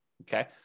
Okay